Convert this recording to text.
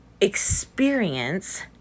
experience